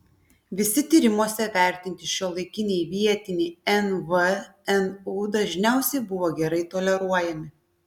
visi tyrimuose vertinti šiuolaikiniai vietiniai nvnu dažniausiai buvo gerai toleruojami